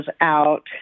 out